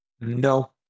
No